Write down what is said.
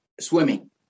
swimming